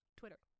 twitter